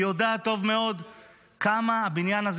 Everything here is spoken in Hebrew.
היא יודעת טוב מאוד כמה הבניין הזה